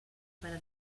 para